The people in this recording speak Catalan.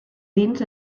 dins